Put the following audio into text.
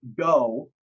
go